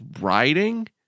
writing